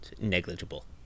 negligible